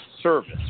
Service